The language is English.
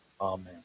Amen